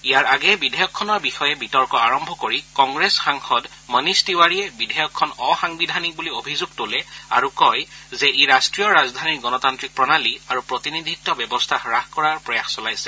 ইয়াৰ আগেয়ে বিধেয়কখনৰ ওপৰত বিতৰ্ক আৰম্ভ কৰি কংগ্ৰেছ সাংসদ মণিষ তিৱাৰীয়ে বিধেয়কখন অসাংবিধানিক বুলি অভিযোগ তোলে আৰু কয় যে ই ৰাষ্ট্ৰীয় ৰাজধানীৰ গণতান্ত্ৰিক প্ৰণালী আৰু প্ৰতিনিধিত্ব ব্যৱস্থা হাস কৰাৰ প্ৰয়াস চলাইছে